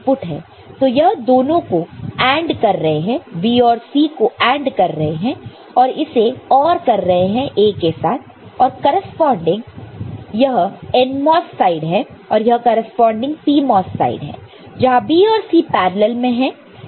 तो यह दोनों को AND कर रहे हैं B और C को AND कर रहे हैं और इसे OR कर रहे हैं A के साथ और करेस्पॉन्डिंग यह NMOS साइड है और यह करेस्पॉन्डिंग PMOS साइड है जहां B और C पैरलल में है